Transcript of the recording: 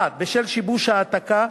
1. בשל שיבוש העתקה,